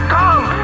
come